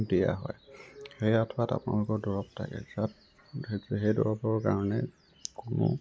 দিয়া হয় সেই আঁঠুৱাত আপোনালোকৰ দৰৱ থাকে তাত সেই দৰৱৰ কাৰণে কোনো